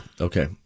Okay